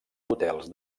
hotels